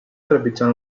trepitjant